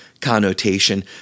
connotation